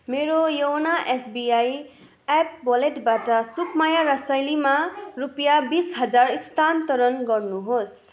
मेरो YONO SBI app वालेटबाट सुकमाया रसाइलीमा रुपियाँ बिस हजार स्थानान्तरण गर्नुहोस्